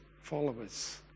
followers